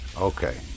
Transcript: okay